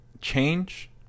change